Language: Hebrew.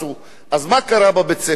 אז מה קרה בבית-הספר הזה?